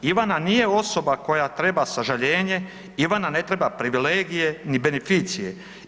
Ivana nije osoba koja treba sažaljenje, Ivana ne treba privilegije, ni beneficije.